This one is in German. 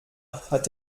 hat